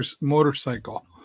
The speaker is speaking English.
motorcycle